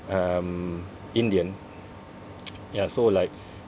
um indian ya so like